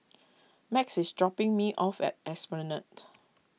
Max is dropping me off at Esplanade